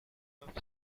pound